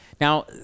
Now